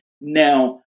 Now